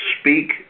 Speak